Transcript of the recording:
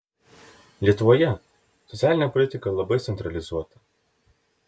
lietuvoje socialinė politika labai centralizuota